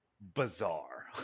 bizarre